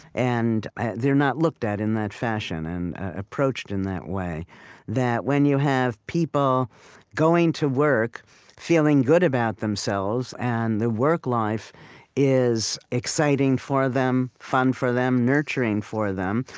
and they're not looked at in that fashion and approached in that way that when you have people going to work feeling good about themselves, and the work life is exciting for them, fun for them, nurturing for them,